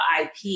IP